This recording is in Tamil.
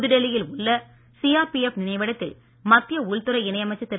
புதுடெல்லியில் உள்ள சிஆர்பிஎஃப் நினைவிடத்தில் மத்திய உள்துறை இணை அமைச்சர் திரு